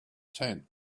tent